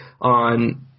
on –